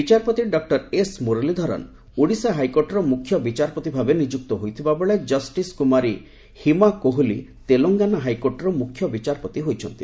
ବିଚାରପତି doctor S Muralidharan Odisha ହାଇକୋର୍ଟର ମୁଖ୍ୟ ବିଚାରପତିଭାବେ ନିଯୁକ୍ତ ହୋଇଥିବାବେଳେ କଷ୍ଟସ୍ କୁମାରୀ ହିମାକୋହଲି ତେଲଙ୍ଗାନା ହାଇକୋର୍ଟର ମୁଖ୍ୟ ବିଚାରପତି ହୋଇଛନ୍ତି